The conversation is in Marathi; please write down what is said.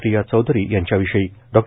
प्रिया चौधरी यांच्याविषयी डॉ